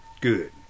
Good